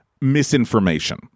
misinformation